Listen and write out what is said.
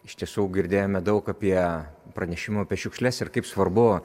iš tiesų girdėjome daug apie pranešimų apie šiukšles ir kaip svarbu